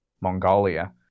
Mongolia